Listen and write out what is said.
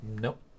Nope